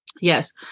Yes